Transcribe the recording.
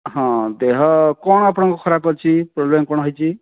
ହଁ ଦେହ କଣ ଆପଣଙ୍କର ଖରାପ ଅଛି ପ୍ରୋବ୍ଲେମ୍ କଣ ହେଇଛି